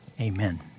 amen